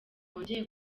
bongeye